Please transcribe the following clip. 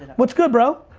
what's good, bro?